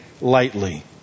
lightly